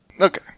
Okay